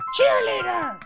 Cheerleader